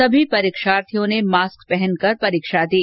सभी परीक्षार्थियों ने मास्क पहनकर परीक्षा दी